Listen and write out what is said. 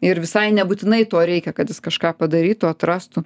ir visai nebūtinai to reikia kad jis kažką padarytų atrastų